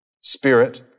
Spirit